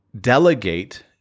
delegate